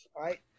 right